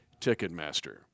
Ticketmaster